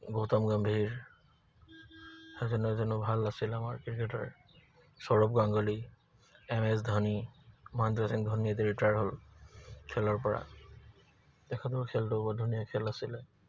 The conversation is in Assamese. গৌতম গম্ভীৰ সেইজনো এজনো ভাল আছিল আমাৰ cricketer Sourav Ganguly M S Dhoni Mahendra Singh Dhoni এতিয়া ৰিটায়াৰ হ'ল খেলৰ পৰা তেখেতৰ খেলটো বহুত ধুনীয়া খেল আছিলে